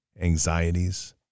anxieties